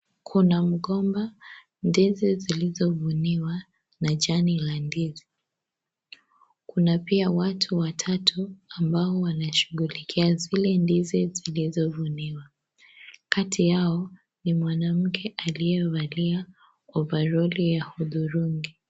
Kuna mgomba, ndizi zilizovuniwa na jani la ndizi. Kuna pia watu watatu amabao wanashughulikia zile ndizi zilizovuniwa. Kati yao, ni mwanamke aliyevalia ovaroli ya hudhurungi.